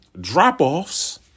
drop-offs